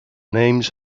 names